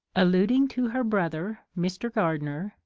alluding to her brother mr. gardner,